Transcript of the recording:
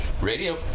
radio